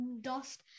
dust